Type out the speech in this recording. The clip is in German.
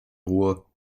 ruhe